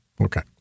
okay